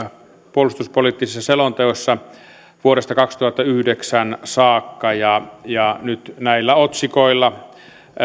puolustuspoliittisessa selonteossa vuodesta kaksituhattayhdeksän saakka ja ja nyt näillä otsikoilla